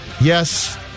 Yes